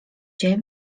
się